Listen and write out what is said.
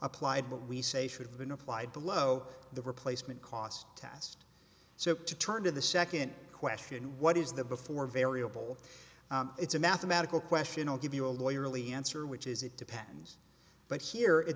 applied what we say should have been applied below the replacement cost test so to turn to the second question what is the before variable it's a mathematical question i'll give you a lawyer really answer which is it depends but here it